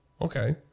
Okay